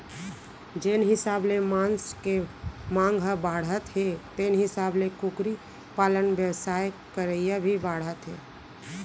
जेन हिसाब ले मांस के मांग ह बाढ़त हे तेन हिसाब ले कुकरी पालन बेवसाय करइया भी बाढ़त हें